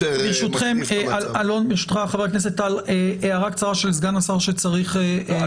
ברשותכם, הערה קצרה של סגן השר שצריך לצאת.